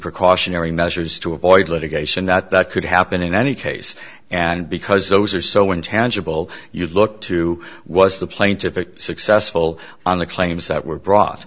precautionary measures to avoid litigation that that could happen in any case and because those are so intangible you'd look to was the plaintiffs successful on the claims that were br